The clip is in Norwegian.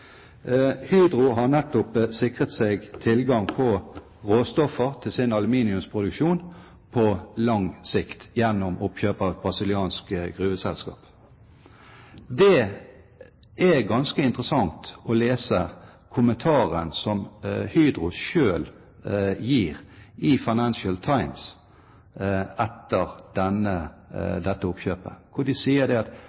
Hydro har nettopp sikret seg tilgang på råstoffer til sin aluminiumsproduksjon på lang sikt gjennom oppkjøp av et brasiliansk gruveselskap. Det er ganske interessant å lese kommentaren som Hydro selv gir i Financial Times etter